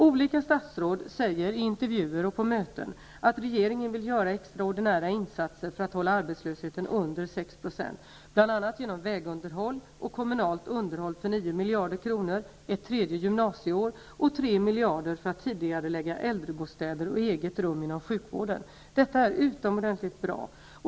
Olika statsråd säger i intervjuer och på möten att regeringen vill göra extraordinära insatser för att hålla arbetslösheten under 6 %, bl.a. genom vägunderhåll och kommunalt underhåll för miljarder för att tidigarelägga byggande av äldrebostäder och eget rum inom sjukvården. Detta är utomordentligt bra.